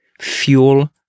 Fuel